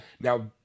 now